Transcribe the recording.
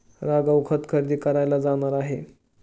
राघव खत खरेदी करायला जाणार आहे